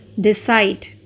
decide